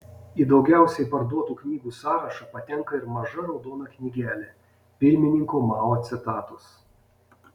į daugiausiai parduotų knygų sąrašą patenka ir maža raudona knygelė pirmininko mao citatos